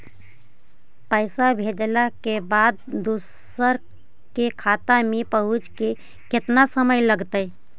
पैसा भेजला के बाद दुसर के खाता में पहुँचे में केतना समय लगतइ?